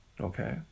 okay